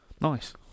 Nice